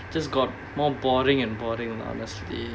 just got more boring and boring lah honestly